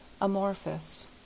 Amorphous